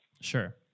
sure